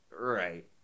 right